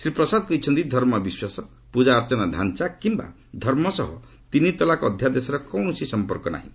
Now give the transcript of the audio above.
ଶ୍ରୀ ପ୍ରସାଦ କହିଛନ୍ତି ଧର୍ମବିଶ୍ୱାସ ପୂଜାର୍ଚ୍ଚନାର ଢ଼ାଞ୍ଚା କିମ୍ବା ଧର୍ମ ସହ ତିନି ତଲାକ ଅଧ୍ୟାଦେଶର କୌଣସି ସଂପର୍କ ନାହିଁ